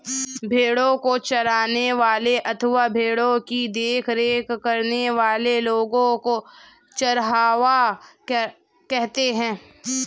भेड़ों को चराने वाले अथवा भेड़ों की देखरेख करने वाले लोगों को चरवाहा कहते हैं